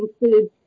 include